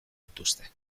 dituzte